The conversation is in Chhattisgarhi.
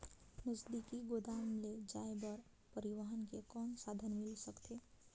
नजदीकी गोदाम ले जाय बर परिवहन के कौन साधन मिल सकथे?